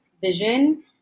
vision